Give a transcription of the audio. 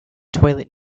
toilet